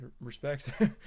Respect